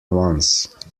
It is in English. once